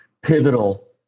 pivotal